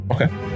Okay